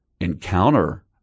encounter